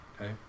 Okay